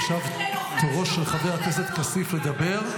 עכשיו תורו של חבר הכנסת כסיף לדבר,